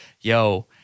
yo